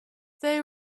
they